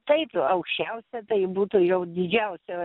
taip aukščiausia tai būtų jau didžiausia